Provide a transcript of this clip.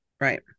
Right